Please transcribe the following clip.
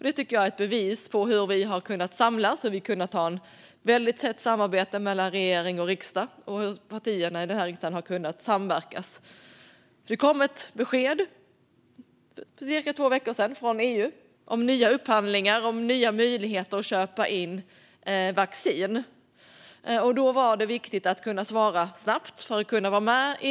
Det tycker jag är ett bevis på hur vi har kunnat samlas och har ett väldigt nära samarbete mellan regeringen och riksdagen och hur partierna i riksdagen har kunnat samverka. För cirka två veckor sedan kom ett besked från EU om nya upphandlingar och om nya möjligheter att köpa in vaccin. Då var det viktigt att svara snabbt för att kunna vara med.